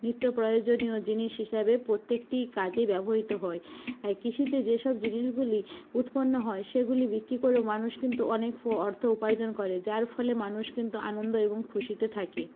নিত্য প্রয়োজনীয় জিনিস হিসাবে প্রত্যেকটিই কাজে ব্যবহৃত হয় অয় কৃষিতে যেসব জিনিসগুলি উৎপন্ন হয় সেগুলি বিক্রি করেও মানুষ কিন্তু অনেক অর্থ উপার্জন করে যার ফলে মানুষ কিন্তু আনন্দ এবং খুশিতে থাকে